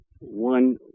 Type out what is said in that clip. one